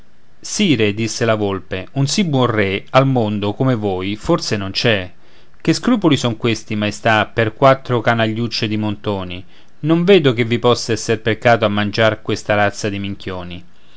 sire disse la volpe un sì buon re al mondo come voi forse non c'è che scrupoli son questi maestà per quattro canagliucce di montoni non vedo che vi possa esser peccato a mangiar questa razza di minchioni